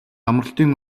амралтын